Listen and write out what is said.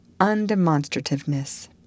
undemonstrativeness